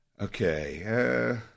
Okay